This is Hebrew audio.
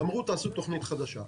אמרו 'תעשו תכנית חדשה'.